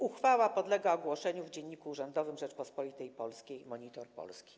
Uchwała podlega ogłoszeniu w Dzienniku Urzędowym Rzeczypospolitej Polskiej 'Monitor Polski'